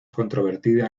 controvertida